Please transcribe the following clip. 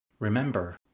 Remember